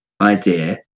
idea